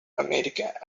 america